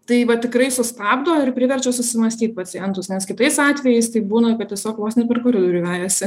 tai va tikrai sustabdo ir priverčia susimąstyt pacientus nes kitais atvejais tai būna kad tiesiog vos ne per kurjerį vejasi